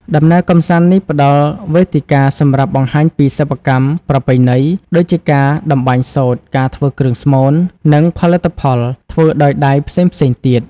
ដំណើរកម្សាន្តនេះផ្តល់វេទិកាសម្រាប់បង្ហាញពីសិប្បកម្មប្រពៃណី ដូចជាការតម្បាញសូត្រ ការធ្វើគ្រឿងស្មូន និងផលិតផលធ្វើដោយដៃផ្សេងៗទៀត។